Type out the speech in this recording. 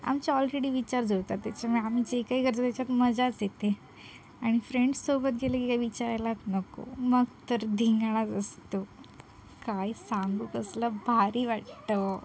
आमचे ऑलरेडी विचार जुळतात त्याच्यामुळे आम्ही जे काही करतो त्याच्यात मजाच येते आणि फ्रेंड्ससोबत गेली की काही विचारायलात नको मग तर धिंगाणाच असतो काय सांगू कसलं भारी वाटतं